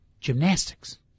Gymnastics